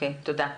תודה.